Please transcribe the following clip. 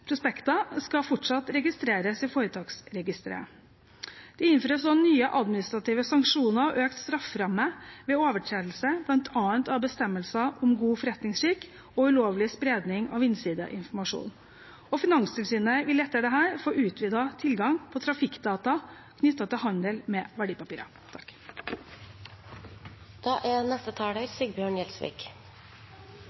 prospekter skal fortsatt registreres i Foretaksregisteret. Det innføres også nye administrative sanksjoner og økt strafferamme ved overtredelse bl.a. av bestemmelser om god forretningsskikk og ulovlig spredning av innsideinformasjon. Og Finanstilsynet vil etter dette få utvidet tilgang på trafikkdata knyttet til handel med verdipapirer.